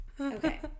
Okay